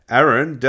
Aaron